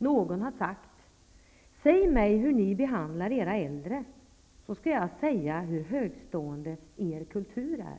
Någon har sagt: Säg mig hur ni behandlar era äldre så skall jag säga hur högstående er kultur är.